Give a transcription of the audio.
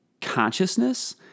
consciousness